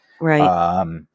Right